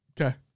Okay